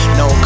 no